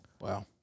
Wow